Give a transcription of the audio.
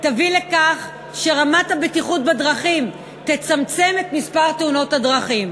תביא לכך שרמת הבטיחות בדרכים תצמצם את מספר תאונות הדרכים.